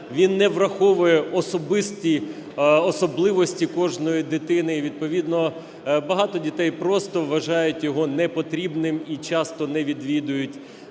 він не враховує особисті особливості кожної дитини і відповідно багато дітей просто вважають його непотрібним і часто не відвідують.